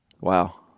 Wow